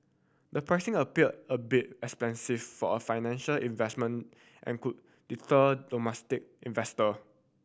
the pricing appear a bit expensive for a financial investment and could deter domestic investor